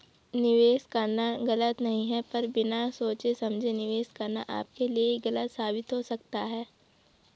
निवेश करना गलत नहीं है पर बिना सोचे समझे निवेश करना आपके लिए गलत साबित हो सकता है